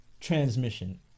transmission